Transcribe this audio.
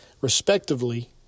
respectively